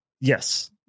yes